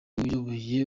uyoboye